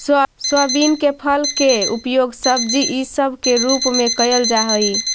soybean के फल के उपयोग सब्जी इसब के रूप में कयल जा हई